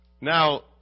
Now